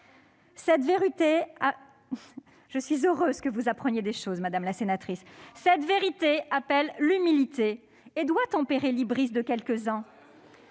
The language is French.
Cette vérité appelle l'humilité et doit tempérer l'hubris de quelques-uns.